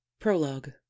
prologue